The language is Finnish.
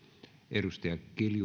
arvoisa